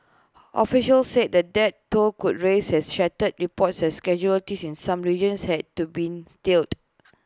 officials said the death toll could rise as scattered reports as schedule in some regions had to been tallied